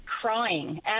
crying